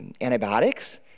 antibiotics